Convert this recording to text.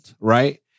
right